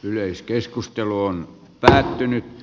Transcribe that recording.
yleiskeskustelu on päättynyt